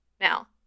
Now